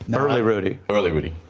and early rudy. early rudy.